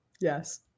Yes